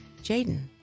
Jaden